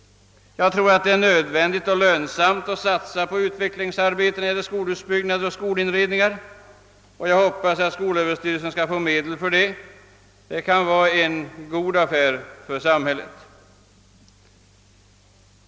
Jag tror att det är nödvändigt och lönsamt att satsa på utvecklingsarbeten i fråga om skolbyggnader och skolinredningar, och jag hoppas att skolöverstyrelsen skall få medel för detta ändamål. Det kan vara en god affär för samhället.